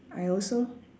I also